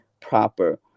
proper